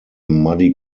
muddy